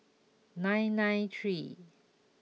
nine nine three